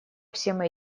всем